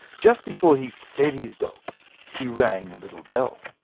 just before he fed his dogs, he rang a little bell.